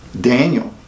Daniel